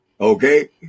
Okay